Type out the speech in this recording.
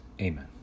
Amen